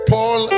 Paul